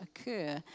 occur